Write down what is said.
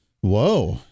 Whoa